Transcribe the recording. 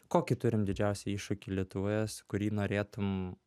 kokį turim didžiausią iššūkį lietuvoje su kurį norėtum